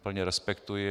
Plně respektuji.